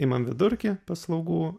imam vidurkį paslaugų